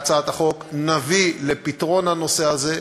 להצעת החוק, נביא לפתרון הנושא הזה,